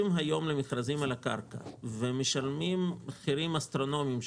היום למכרזים על הקרקע ומשלמים מחירים אסטרונומיים,